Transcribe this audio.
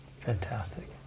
Fantastic